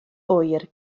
oer